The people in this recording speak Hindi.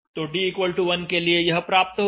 तो d1 के लिए यह प्राप्त होगा